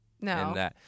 No